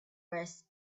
was